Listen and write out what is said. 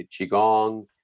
Qigong